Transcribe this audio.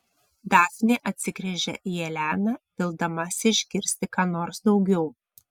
dafnė atsigręžia į eleną vildamasi išgirsti ką nors daugiau